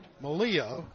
Malia